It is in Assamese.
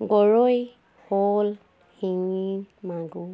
গৰৈ শ'ল শিঙি মাগুৰ